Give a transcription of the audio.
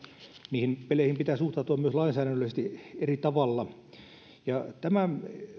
niihin peleihin pitää suhtautua myös lainsäädännöllisesti eri tavalla tämä